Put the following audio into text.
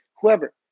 whoever